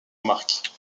marque